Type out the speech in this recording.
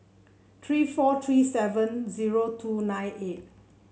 three four three seven zero two nine eight